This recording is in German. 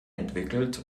entwickelt